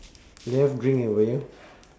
do you have drink with you